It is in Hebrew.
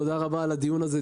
תודה רבה על הדיון הזה,